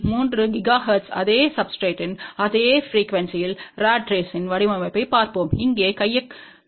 3 gigahertz அதே சப்ஸ்டிரேட்றின் அதே ப்ரிக்யூவென்ஸிணில் ராட் ரேஸ்த்தின் வடிவமைப்பைப் பார்ப்போம் இங்கே கையகப்படுத்தப்பட்டுள்ளது